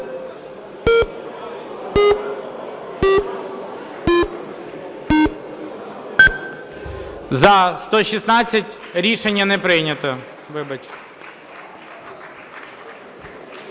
За-116 Рішення не прийнято.